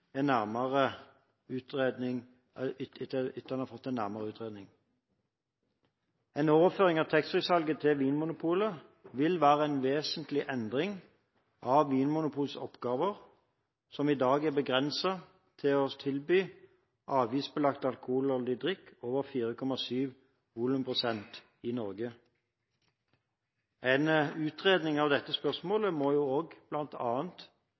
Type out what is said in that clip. overføring av taxfree-salget til Vinmonopolet vil være en vesentlig endring av Vinmonopolets oppgaver, som i dag er begrenset til å tilby avgiftsbelagt alkoholholdig drikk over 4,7 volumprosent i Norge. En utredning av dette